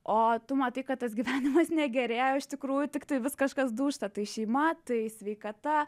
o tu matai kad tas gyvenimas negerėja o iš tikrųjų tiktai vis kažkas dūžta tai šeima tai sveikata